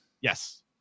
Yes